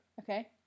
Okay